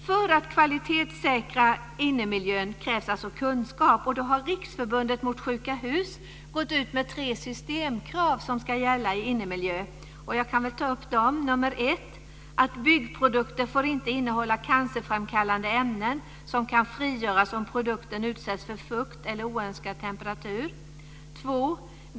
För att kvalitetssäkra innemiljön krävs alltså kunskap. Riksförbundet mot Sjuka Hus har gått ut med tre systemkrav som ska gälla för innemiljö: 1. Byggprodukter får inte innehålla cancerframkallande ämnen som kan frigöras om produkten utsätts för fukt eller oönskad temperatur. 2.